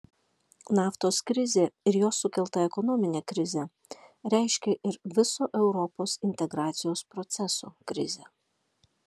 naftos krizė ir jos sukelta ekonominė krizė reiškė ir viso europos integracijos proceso krizę